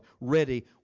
ready